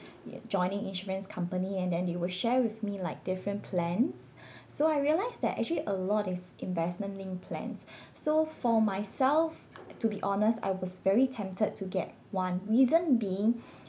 joining insurance company and then they will share with me like different plans so I realise that actually a lot is investment-linked plans so for myself to be honest I was very tempted to get one reason being